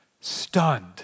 Stunned